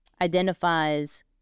identifies